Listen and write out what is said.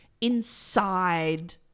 inside